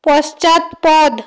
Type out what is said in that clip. পশ্চাৎপদ